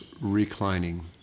reclining